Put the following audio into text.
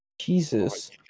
Jesus